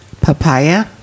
papaya